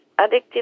addictive